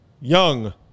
Young